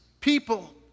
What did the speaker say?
people